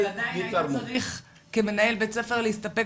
אבל עדיין היית צריך כמנהל בית ספר להסתפק